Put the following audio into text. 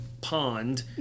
pond